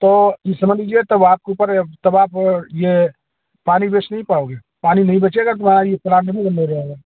तो ये समझ लीजिए तब आपके ऊपर तब आप यह पानी बेच नहीं पाओगे पानी नहीं बेचे अगर तुम्हारी प्लांट भी बंद हो जाएगा